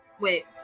Wait